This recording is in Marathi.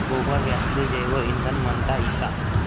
गोबर गॅसले जैवईंधन म्हनता ई का?